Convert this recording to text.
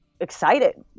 excited